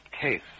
case